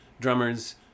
drummers